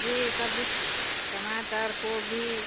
जी सब्च टमाटर गोभी